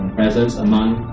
presence among